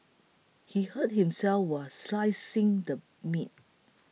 he hurt himself while slicing the meat